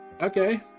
Okay